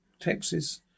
Texas